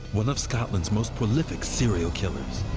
one of scotland's most prolific serial killers.